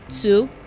two